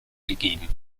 gegeben